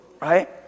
right